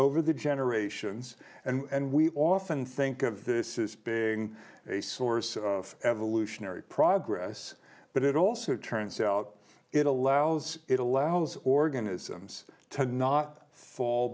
over the generations and we often think of this is being a source of evolutionary progress but it also turns out it allows it allows organisms to not fall